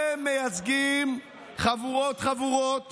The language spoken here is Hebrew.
הם מייצגים חבורות-חבורות